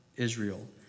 Israel